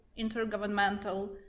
intergovernmental